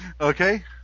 okay